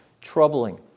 troubling